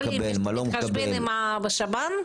בית חולים מתחשבן בשב"ן?